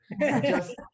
just-